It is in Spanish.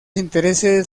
intereses